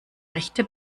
rechte